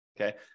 Okay